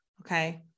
Okay